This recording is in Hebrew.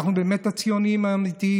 אנחנו באמת הציונים האמיתיים.